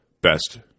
best